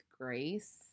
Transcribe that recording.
grace